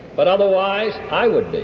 but otherwise i would be,